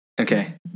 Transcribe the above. Okay